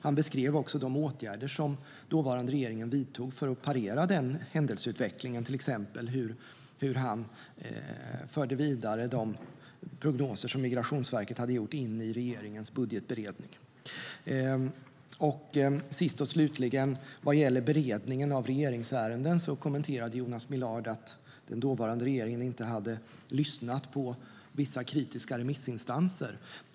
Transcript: Han beskrev också de åtgärder som den dåvarande regeringen vidtog för att parera den händelseutvecklingen, till exempel hur han förde vidare de prognoser som Migrationsverket hade gjort in i regeringens budgetberedning. Sist och slutligen vad gäller beredningen av regeringsärenden kommenterade Jonas Millard att den dåvarande regeringen inte hade lyssnat på vissa kritiska remissinstanser.